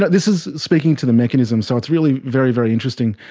but this is speaking to the mechanism. so it's really very, very interesting.